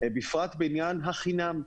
בפרט בעניין של החינם.